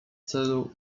celu